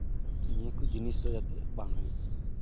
ᱱᱤᱭᱟᱹ ᱠᱚ ᱡᱤᱱᱤᱥ ᱫᱚ ᱡᱟᱛᱮ ᱵᱟᱝ ᱦᱩᱭᱩᱜ